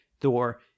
Thor